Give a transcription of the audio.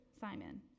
Simon